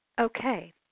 Okay